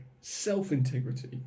self-integrity